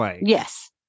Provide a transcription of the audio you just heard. yes